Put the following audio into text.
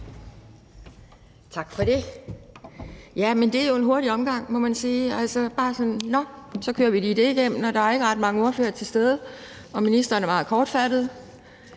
Tak for det. Ja, men det er jo en hurtig omgang, må man sige. Altså, det er bare sådan nå, så kører vi lige det igennem, og der er ikke ret mange ordførere til stede, og ministeren er meget kortfattet